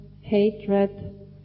hatred